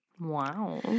Wow